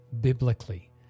biblically